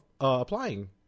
applying